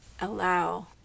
allow